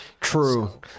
True